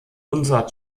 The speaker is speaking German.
unser